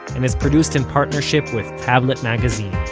and is produced in partnership with tablet magazine.